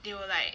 they will like